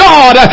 God